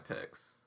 picks